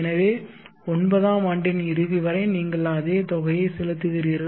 எனவே ஒன்பதாம் ஆண்டின் இறுதி வரை நீங்கள் அதே தொகையை செலுத்துகிறீர்கள்